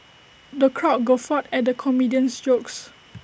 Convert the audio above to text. the crowd guffawed at the comedian's jokes